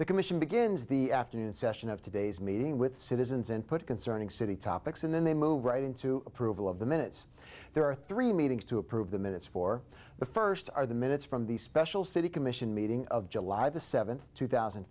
the commission begins the afternoon session of today's meeting with citizens and put concerning city topics and then they move right into approval of the minutes there are three meetings to approve the minutes for the first are the minutes from the special city commission meeting of july the seventh two thousand